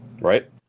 Right